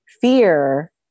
fear